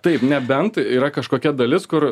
taip nebent yra kažkokia dalis kur